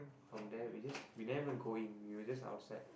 from there we just we never even go in we were just outside